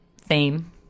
theme